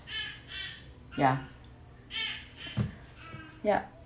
ya ya